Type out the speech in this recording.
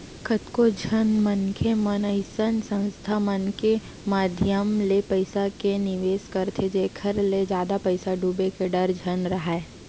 कतको झन मनखे मन अइसन संस्था मन के माधियम ले पइसा के निवेस करथे जेखर ले जादा पइसा डूबे के डर झन राहय